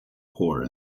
poor